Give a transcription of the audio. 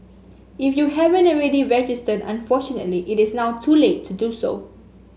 if you haven't already registered unfortunately it is now too late to do so